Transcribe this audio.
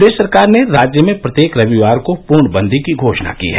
प्रदेश सरकार ने राज्य में प्रत्येक रविवार को पूर्ण बंदी की घोषणा की है